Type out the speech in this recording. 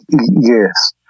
Yes